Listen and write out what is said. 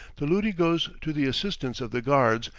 the luti goes to the assistance of the guards,